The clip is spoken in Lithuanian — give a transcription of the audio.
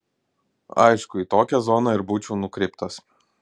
aišku į tokią zoną ir būčiau nukreiptas